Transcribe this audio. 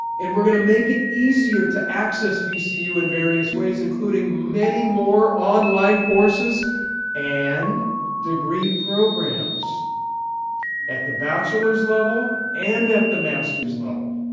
and we're going to make it easier to access vcu in various ways, including many more online courses and degree programs at the bachelor's level and at the master's level.